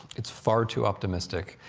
it's far too optimistic.